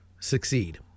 Succeed